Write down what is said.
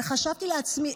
וחשבתי לעצמי,